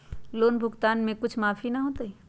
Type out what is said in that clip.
Loan भुगतान में कुछ माफी न होतई?